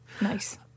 Nice